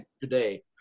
today